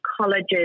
colleges